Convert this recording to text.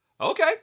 Okay